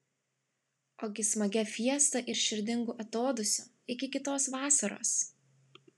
ogi smagia fiesta ir širdingu atodūsiu iki kitos vasaros